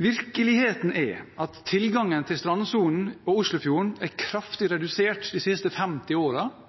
Virkeligheten er at tilgangen til strandsonen og Oslofjorden er blitt kraftig redusert i mange av kommunene rundt fjorden de siste 50